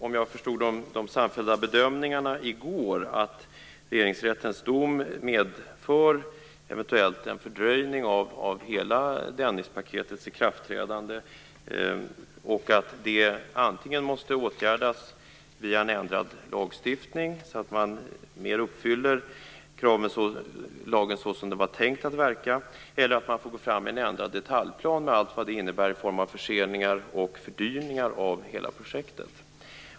Om jag förstod de samfällda bedömningarna från i går rätt är det väl ändå så, att Regeringsrättens dom eventuellt medför en fördröjning av hela Dennispaketets ikraftträdande. Det måste åtgärdas antingen via en ändrad lagstiftning, så att man följer lagen så som den var tänkt att verka, eller genom en ändrad detaljplan med allt vad det innebär i form av förseningar och fördyringar av hela projektet.